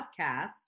podcast